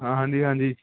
ਹਾਂ ਹਾਂਜੀ ਹਾਂਜੀ